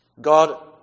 God